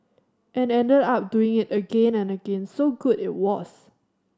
and ended up doing it again and again so good it was